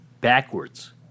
backwards